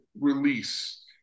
release